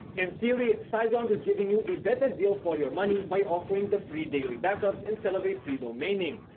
in theory, siteground is giving you a better deal for your money by offering the free daily backups instead of a free domain name.